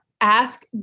ask